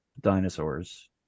dinosaurs